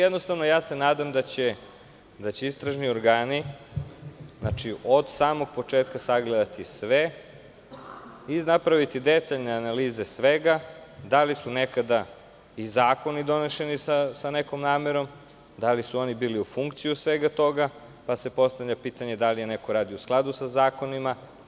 Jednostavno se nadam da će istražni organi od samog početka sagledati sve i napraviti detaljne analize svega, da li su nekada i zakoni donošeni sa nekom namerom, da li su oni bili u funkciji sve toga, pa se postavlja pitanje da li je neko radio u skladu sa zakonima.